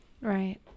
right